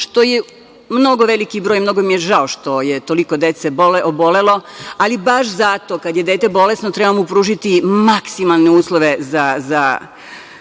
što je mnogo veliki broj i mnogo mi je žao što je toliko dece obolelo. Ali, baš zato, kad je dete bolesno treba mu pružiti maksimalne uslove da